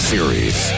Series